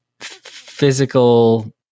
physical